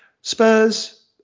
Spurs